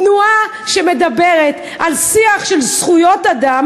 תנועה שמדברת על שיח של זכויות אדם